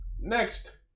Next